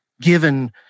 given